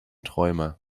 träumer